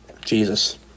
Jesus